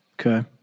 okay